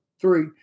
Three